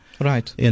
Right